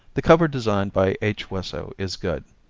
the cover design by h. wesso is good.